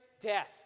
death